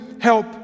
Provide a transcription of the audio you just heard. help